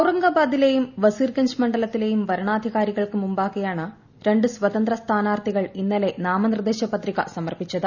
ഔറംഗബാദിലേയും വസീർഗ്ഗുഞ്ച് മണ്ഡലത്തിലേയും വരണാധികാരികൾക്ക് മൂമ്പൂർകെയാണ് രണ്ട് സ്വതന്ത്ര സ്ഥാനാർത്ഥികൾ ഇന്നല്ലെ നാമനിർദ്ദേശ പത്രിക സമർപ്പിച്ചത്